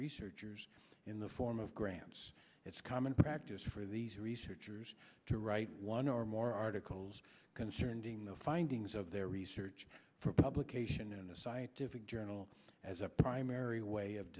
researchers in the form of grants it's common practice for these researchers to write one or more articles concerned in the findings of their research for publication in a scientific journal as a primary way of